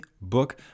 book